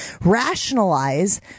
rationalize